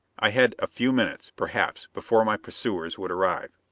i had a few minutes, perhaps, before my pursuers would arrive.